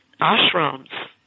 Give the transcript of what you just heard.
ashrams